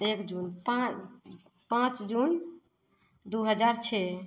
एक जून पाँच पाँच जून दुइ हजार छह